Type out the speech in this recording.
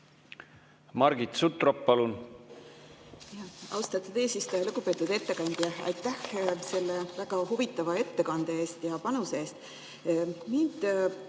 Margit Sutrop, palun! Austatud eesistuja! Lugupeetud ettekandja, aitäh selle väga huvitava ettekande eest ja panuse eest!